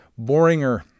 Boringer